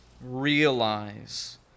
realize